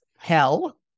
hell